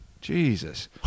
Jesus